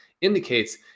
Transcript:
indicates